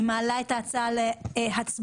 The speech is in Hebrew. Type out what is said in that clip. אני מעלה את ההצעה להצבעה.